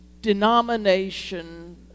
denomination